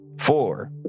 Four